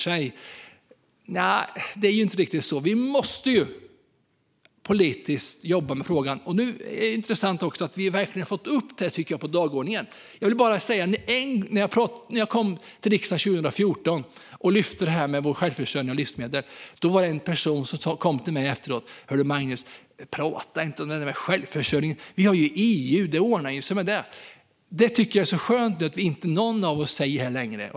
Nja, det är ju inte riktigt så. Vi måste politiskt jobba med frågan, och det är intressant att vi nu också verkligen har fått upp detta på dagordningen. När jag kom till riksdagen 2014 och lyfte detta med vår självförsörjning av livsmedel var det en person som kom till mig efteråt och sa: Hör du Magnus, prata inte om det där med självförsörjningen! Vi har ju EU. Det ordnar sig med det. Jag tycker att det är skönt att ingen av oss säger det längre.